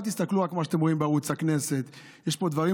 אל תסתכלו רק על מה שאתם רואים בערוץ הכנסת.